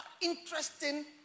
interesting